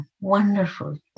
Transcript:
wonderful